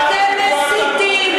אתם מסיתים.